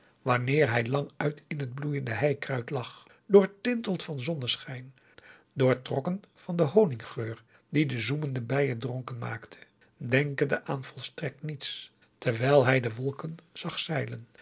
wanneer hij languit in het bloeiende heikruid lag doortinteld van zonneschijn doortrokken van den honinggeur die de zoemende bijen dronken maakte denkende aan volstrekt niets terwijl hij de wolken zag zeilen